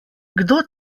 kdo